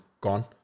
gone